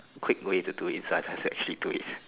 quick way to do it so I don't have to actually do it